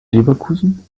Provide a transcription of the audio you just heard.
leverkusen